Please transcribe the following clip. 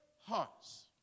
hearts